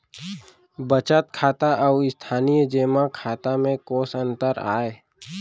बचत खाता अऊ स्थानीय जेमा खाता में कोस अंतर आय?